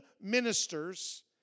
ministers